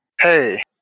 Hey